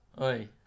Oi